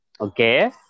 Okay